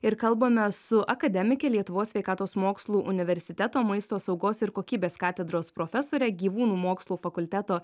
ir kalbame su akademike lietuvos sveikatos mokslų universiteto maisto saugos ir kokybės katedros profesore gyvūnų mokslų fakulteto